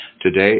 today